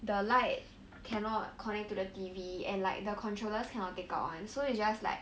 the lite cannot connect to the T_V and like the controllers cannot take out one so it's just like